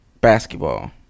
basketball